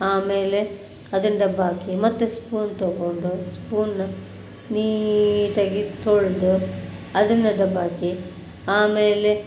ಆಮೇಲೆ ಅದನ್ನ ಡಬ್ಬಾಕಿ ಮತ್ತು ಸ್ಪೂನ್ ತಗೊಂಡು ಸ್ಪೂನ್ನ ನೀಟಾಗಿ ತೊಳೆದು ಅದನ್ನು ದಬಾಕಿ ಆಮೇಲೆ